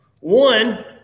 One